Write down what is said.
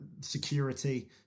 security